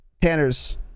Tanner's